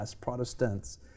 Protestants